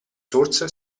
source